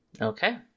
Okay